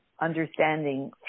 understanding